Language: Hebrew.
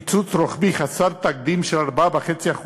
קיצוץ רוחבי חסר תקדים של 4.5%,